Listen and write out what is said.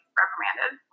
reprimanded